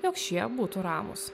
jog šie būtų ramūs